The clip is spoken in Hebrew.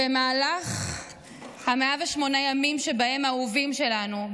במהלך 108 הימים שבהם האהובים שלנו,